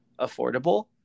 affordable